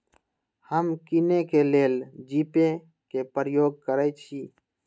हम किने के लेल जीपे कें प्रयोग करइ छी